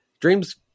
dreams